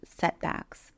setbacks